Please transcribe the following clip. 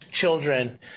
children